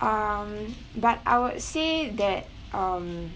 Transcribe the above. um but I would say that um